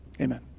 Amen